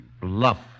Bluff